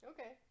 Okay